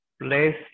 place